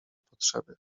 potrzeby